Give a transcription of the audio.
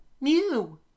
Mew